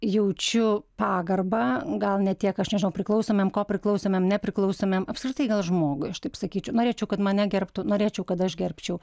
jaučiu pagarbą gal ne tiek aš nežinau priklausomiem kopriklausomiem nepriklausomiem apskritai gal žmogui aš taip sakyčiau norėčiau kad mane gerbtų norėčiau kad aš gerbčiau